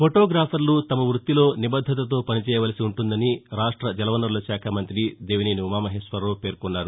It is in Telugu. ఫోటోగ్రాఫర్లు తమ వృత్తిలో నిబద్దతతో పనిచేయవలసి ఉంటుందని రాష్ట్ర జలవనరుల శాఖ మంఁతి దేవినేని ఉమామహేశ్వరరావు పేర్కొన్నారు